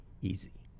easy